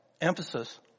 emphasis